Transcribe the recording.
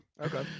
okay